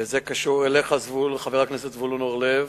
וזה קשור אליך, חבר הכנסת זבולון אורלב,